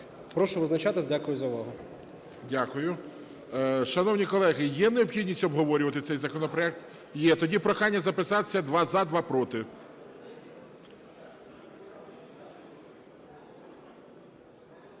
Прошу визначатись. Дякую за увагу. ГОЛОВУЮЧИЙ. Дякую. Шановні колеги, є необхідність обговорювати цей законопроект? Є. Тоді прохання записатись: два – за, два – проти.